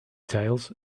tales